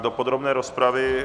Do podrobné rozpravy...